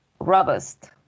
robust